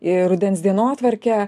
į rudens dienotvarkę